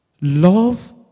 Love